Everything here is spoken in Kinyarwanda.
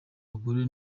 bagore